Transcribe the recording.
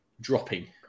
dropping